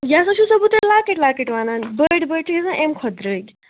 یہِ ہسا چھُسو بہٕ تۄہہِ لۅکٕٹۍ لۅکٕٹۍ ونان بٔڈۍ بٔڈۍ چھِ گژھان اَمہِ کھۄتہٕ درٛۅگۍ